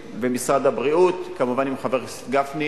ומשרד הבריאות, כמובן, עם חבר הכנסת גפני.